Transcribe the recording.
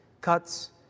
cuts